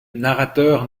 narrateur